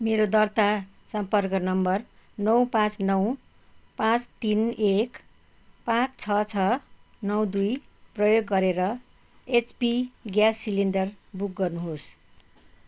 मेरो दर्ता सम्पर्क नम्बर नौ पाँच नौ पाँच तिन एक पाँच छ छ नौ दुई प्रयोग गरेर एचपी ग्यास सिलिन्डर बुक गर्नुहोस्